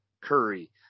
Curry